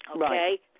Okay